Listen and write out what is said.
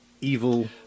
evil